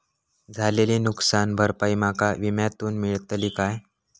झालेली नुकसान भरपाई माका विम्यातून मेळतली काय?